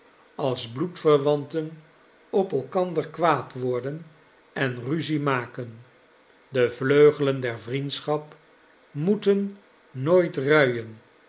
als bloedverwanten op elkander kwaad worden en ruzie maken de vleugelen der vriendschap moeten nooit ruien